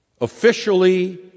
officially